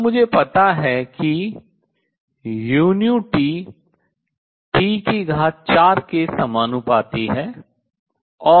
तब मुझे पता है कि uT T4 के समानुपाती है